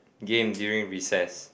game during recess